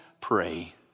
pray